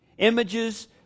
...images